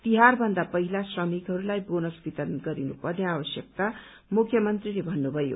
तिहारभन्दा पहिला श्रमिकहस्लाई बोनस वितरण गरिनु पर्ने आवश्यकता मुख्यमन्त्रीले भन्नुभयो